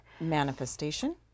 manifestation